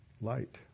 Light